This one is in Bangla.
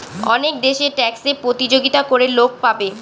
অনেক দেশে ট্যাক্সে প্রতিযোগিতা করে লোক পাবে